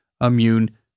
immune